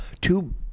two